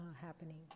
happening